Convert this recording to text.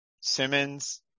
Simmons